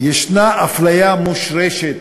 "ישנה אפליה מושרשת